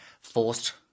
forced